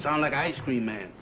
sound like ice cream man